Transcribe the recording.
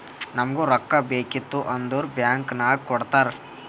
ನಮುಗ್ ರೊಕ್ಕಾ ಬೇಕಿತ್ತು ಅಂದುರ್ ಬ್ಯಾಂಕ್ ನಾಗ್ ಕೊಡ್ತಾರ್